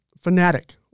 Fanatic